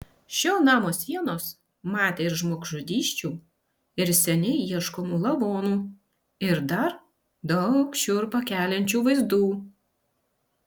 šio namo sienos matė ir žmogžudysčių ir seniai ieškomų lavonų ir dar daug šiurpą keliančių vaizdų